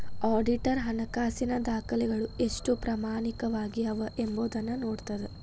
auditor ಹಣಕಾಸಿನ ದಾಖಲೆಗಳು ಎಷ್ಟು ಪ್ರಾಮಾಣಿಕವಾಗಿ ಅವ ಎಂಬೊದನ್ನ ನೋಡ್ತದ